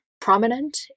prominent